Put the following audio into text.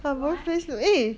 why